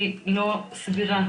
היא לא סבירה.